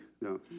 No